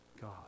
God